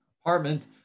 apartment